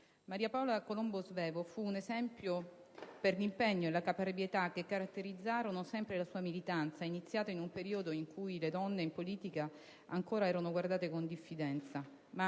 Maria Paola Colombo Svevo fu un esempio per l'impegno e la caparbietà che caratterizzarono sempre la sua militanza, iniziata in un periodo in cui le donne in politica ancora erano guardate con diffidenza,